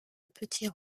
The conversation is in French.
petits